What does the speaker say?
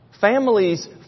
Families